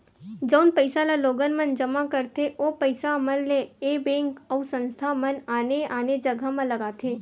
जउन पइसा ल लोगन मन जमा करथे ओ पइसा मन ल ऐ बेंक अउ संस्था मन आने आने जघा म लगाथे